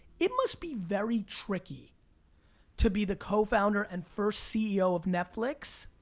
it must be very tricky to be the cofounder and first ceo of netflix,